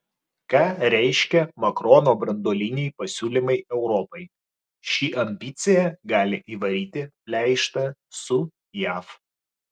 ką reiškia makrono branduoliniai pasiūlymai europai ši ambicija gali įvaryti pleištą su jav